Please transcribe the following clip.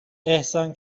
احسان